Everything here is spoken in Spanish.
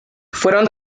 fueron